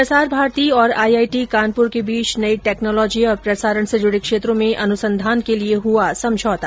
प्रसार भारती और आईआईटी कानपुर के बीच नई टैक्नोलोजी और प्रसारण से जुडे क्षेत्रों में अनुसंधान के लिये हुआ समझौता